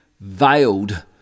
veiled